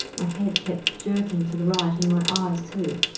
my head kept jerking to the right and my eyes too.